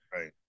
right